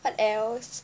what else